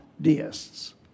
deists